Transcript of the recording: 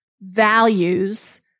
values